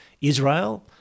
Israel